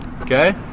okay